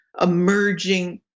emerging